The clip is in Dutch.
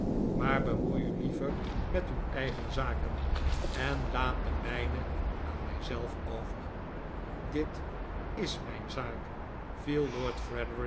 maar bemoei u liever met uw eigen zaken en laat de mijne aan mij zelf over dit is mijn zaak viel lord